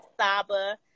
Saba